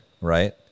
right